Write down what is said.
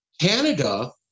canada